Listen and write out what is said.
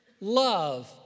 love